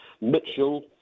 Mitchell